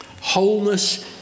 wholeness